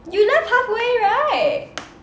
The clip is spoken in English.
you left halfway right